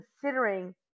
considering